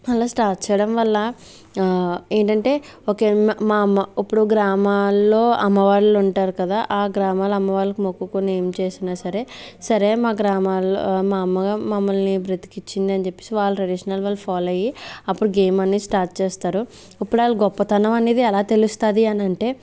అలా స్టార్ట్ చెయ్యడం వల్ల ఏంటంటే ఓకే మా మా ఇప్పుడు గ్రామాల్లో అమ్మవార్లు ఉంటారు కదా ఆ గ్రామాల అమ్మవార్లకు మొక్కుకొని ఏం చేసినా సరే సరే మా గ్రామాల్లో మా అమ్మ గా మమ్మల్ని బ్రతికిచ్చింది అని చెప్పేసి వాళ్ళ ట్రెడిషన్ వాళ్ళు ఫాలో అయ్యి అప్పుడు గేమ్ అనేది స్టార్ట్ చేస్తారు ఉప్పుడు వాళ్ళ గొప్పతనం అనేది ఎలా తెలుస్తుంది అనంటే